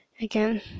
again